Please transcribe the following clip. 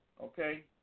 okay